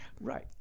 Right